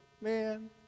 man